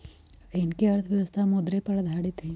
अखनीके अर्थव्यवस्था मुद्रे पर आधारित हइ